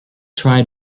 try